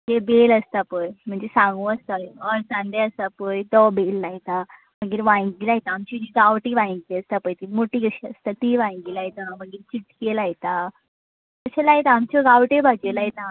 हे बेल आसता पळय सांगो आसता हळसांडे आसता पळय तो बेल लायता मागीर वांयगी लायता आमची जी गावठीं वांयगी आसता पळय ती मोठी कशी ती वांयगी लायता मदी चिटकी लायता अशे लायता आमच्यो गावटी भाजी लायता